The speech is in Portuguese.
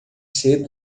cedo